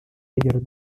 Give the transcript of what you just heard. ядерной